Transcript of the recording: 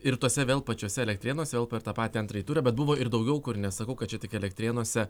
ir tuose vėl pačiuose elektrėnuose vėl per tą patį antrąjį turą bet buvo ir daugiau kur nesakau kad čia tik elektrėnuose